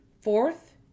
Fourth